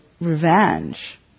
revenge